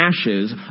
ashes